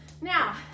Now